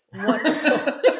wonderful